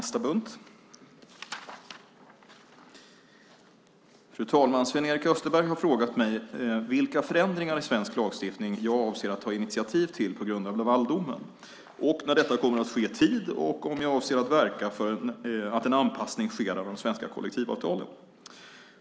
Fru talman! Sven-Erik Österberg har frågat mig vilka förändringar i svensk lagstiftning jag avser att ta initiativ till på grund av Lavaldomen och när detta kommer att ske i tid och om jag avser att verka för att en anpassning sker av de svenska kollektivavtalen.